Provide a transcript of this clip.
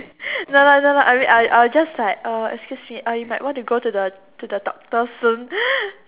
no lah no lah I mean I I'll just uh excuse me uh you might want to go to the doctor soon